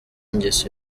ingeso